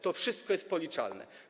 To wszystko jest policzalne.